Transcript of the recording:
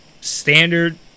standard